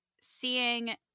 seeing